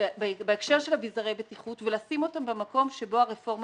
בהקשר של אביזרי בטיחות ולשים אותם במקום שבו הרפורמה